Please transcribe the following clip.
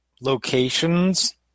locations